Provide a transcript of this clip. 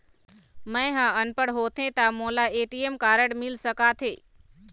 मैं ह अनपढ़ होथे ता मोला ए.टी.एम कारड मिल सका थे?